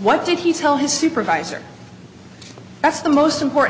what did he tell his supervisor that's the most important